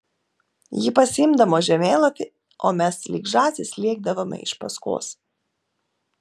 ji pasiimdavo žemėlapį o mes lyg žąsys lėkdavome iš paskos